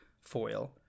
foil